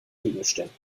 gegenständen